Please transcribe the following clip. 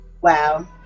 wow